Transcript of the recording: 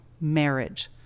marriage